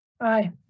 Aye